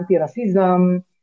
anti-racism